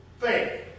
faith